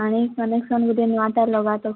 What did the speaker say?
ପାଣି କନେକ୍ସନ୍ ଗୁଟେ ନୂଆ ତାର ଲଗା ତ